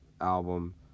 album